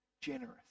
generous